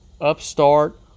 upstart